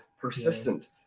persistent